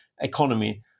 economy